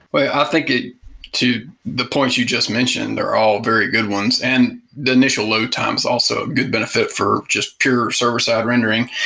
i think to the points you just mentioned they're all very good ones. and the initial load time is also good benefit for just pure server-side rendering.